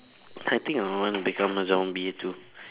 I think I would want to become a zombie too